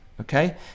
Okay